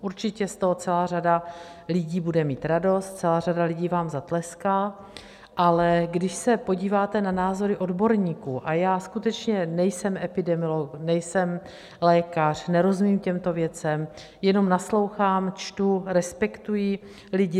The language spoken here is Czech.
Určitě z toho celá řada lidí bude mít radost, celá řada lidí vám zatleská, ale když se podíváte na názory odborníků, a já skutečně nejsem epidemiolog, nejsem lékař, nerozumím těmto věcem, jenom naslouchám, čtu, respektuji lidi.